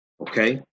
okay